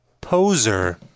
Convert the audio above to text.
poser